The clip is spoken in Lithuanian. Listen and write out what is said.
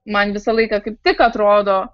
man visą laiką kaip tik atrodo